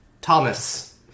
Thomas